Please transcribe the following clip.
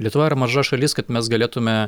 lietuva yra maža šalis kad mes galėtume